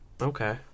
Okay